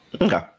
okay